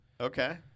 Okay